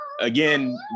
again